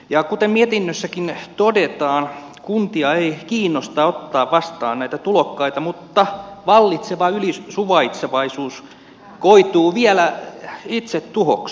ja kuten mietinnössäkin todetaan kuntia ei kiinnosta ottaa vastaan näitä tulokkaita mutta vallitseva ylisuvaitsevaisuus koituu vielä itsetuhoksi